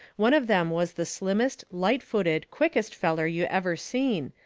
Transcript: one of them was the slimmest, lightest-footed, quickest feller you ever seen,